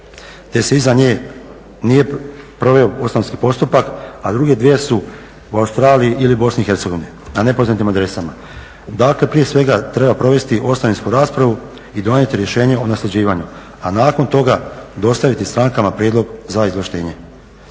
te se iza nje nije proveo ostavinski postupak, a druge dvije su u Australiji ili BiH na nepoznatim adresama. Dakle prije svega treba provesti ostavinsku raspravu i donijeti rješenje o nasljeđivanju, a nakon toga dostaviti strankama prijedlog za izvlaštenje.